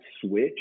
switch